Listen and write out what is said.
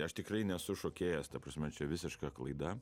aš tikrai nesu šokėjas ta prasme čia visiška klaida